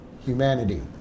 humanity